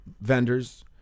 vendors